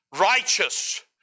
righteous